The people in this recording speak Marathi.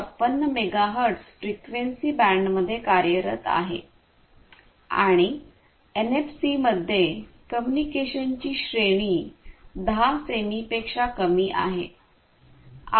56 मेगाहर्ट्झ फ्रिक्वेन्सी बँडमध्ये कार्यरत आहे आणि एनएफसीमध्ये कम्युनिकेशनची श्रेणी 10 सेमी पेक्षा कमी आहे